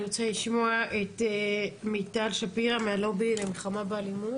אני רוצה לשמוע את מיטל שפירא מהלובי למלחמה באלימות,